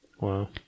Wow